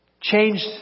Changed